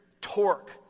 torque